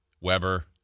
Weber